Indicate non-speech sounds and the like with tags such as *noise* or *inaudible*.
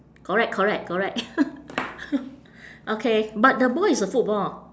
correct correct correct *laughs* okay but the ball is a football